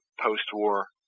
post-war